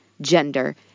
gender